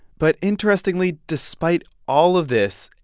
but interestingly, despite all of this,